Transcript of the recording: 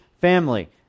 family